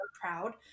proud